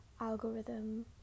algorithm